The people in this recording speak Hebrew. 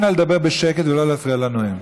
אנא לדבר בשקט ולא להפריע לנואם.